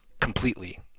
completely